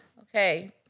Okay